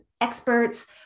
experts